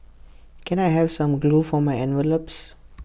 can I have some glue for my envelopes